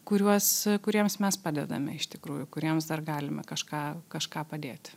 kuriuos kuriems mes padedame iš tikrųjų kuriems dar galime kažką kažką padėti